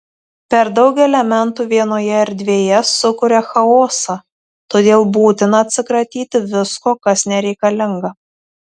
per daug elementų vienoje erdvėje sukuria chaosą todėl būtina atsikratyti visko kas nereikalinga